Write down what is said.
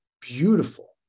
beautiful